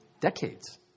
decades